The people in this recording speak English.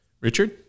Richard